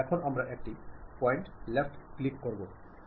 এখন আমার একটি পয়েন্টে লেফট ক্লিক করতে হবে